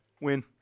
Win